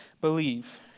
believe